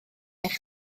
eich